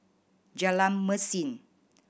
Jalan Mesin